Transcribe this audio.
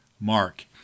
Mark